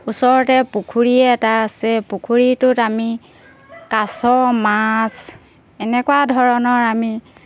ওচৰতে পুখুৰী এটা আছে পুখুৰীটোত আমি কাছ মাছ এনেকুৱা ধৰণৰ আমি